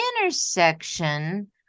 intersection